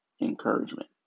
encouragement